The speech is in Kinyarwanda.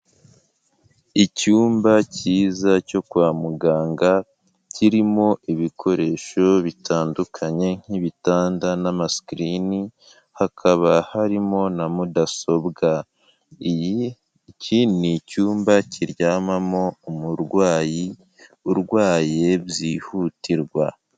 Icyumba cyiza cyo kwa muganga kirimo ibikoresho bitandukanye nk'ibitanda n'amasikirini hakaba harimo na mudasobwa iki ni icyumba kiryamamo umurwayi urwaye byihutirwa.